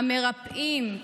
המרפאים,